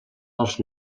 els